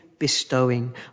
Bestowing